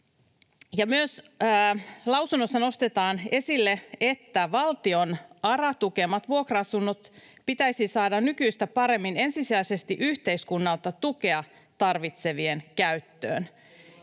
Ja lausunnossa nostetaan esille myös tämä: ”Valtion ARA-tukemat vuokra-asunnot pitäisi saada nykyistä paremmin ensisijaisesti yhteiskunnalta tukea tarvitsevien käyttöön.”